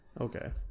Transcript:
Okay